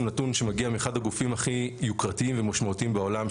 נתון שמגיע מאחד הגופים הכי יוקרתיים ומשמעותיים בעולם,